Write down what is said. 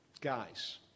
Guys